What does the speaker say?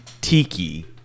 tiki